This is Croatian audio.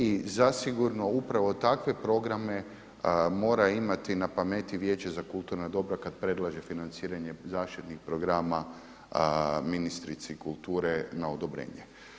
I zasigurno upravo takve programe mora imati na pameti Vijeće za kulturna dobra kad predlaže financiranje zaštitnih programa ministrici kulture na odobrenje.